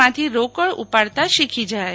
માંથી રોકડ ઉપાડતાં શીખી જાય